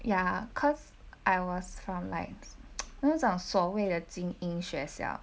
ya cause I was from like you know 那种所谓的精英学校